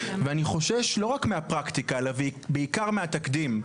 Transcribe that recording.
ואני חושש לא רק מהפרקטיקה אלא בעיקר מהתקדים.